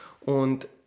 Und